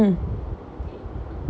then they order like mutton mmhmm